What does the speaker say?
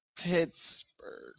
Pittsburgh